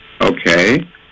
okay